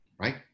right